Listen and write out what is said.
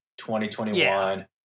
2021